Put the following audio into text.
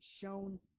shown